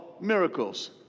miracles